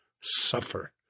suffer